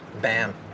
Bam